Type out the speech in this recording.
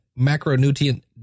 macronutrient